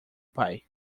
pai